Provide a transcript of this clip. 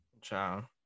Ciao